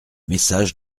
message